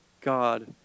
God